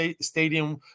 stadium